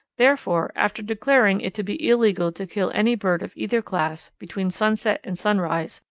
therefore, after declaring it to be illegal to kill any bird of either class between sunset and sunrise,